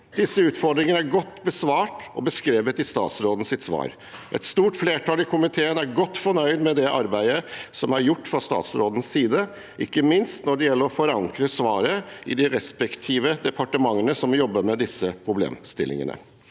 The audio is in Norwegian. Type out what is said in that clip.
om utvida bruk av maritim ladeinfrastruktur Et stort flertall i komiteen er godt fornøyd med det arbeidet som er gjort fra statsrådens side, ikke minst når det gjelder å forankre svaret i de respektive departementene som jobber med disse problemstillingene.